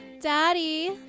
daddy